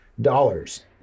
dollars